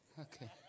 Okay